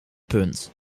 punt